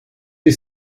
des